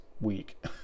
week